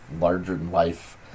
larger-than-life